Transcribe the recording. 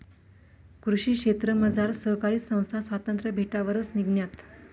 कृषी क्षेत्रमझार सहकारी संस्था स्वातंत्र्य भेटावरच निंघण्यात